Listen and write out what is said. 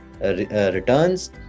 returns